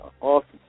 awesome